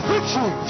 Victory